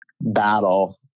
battle